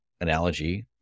analogy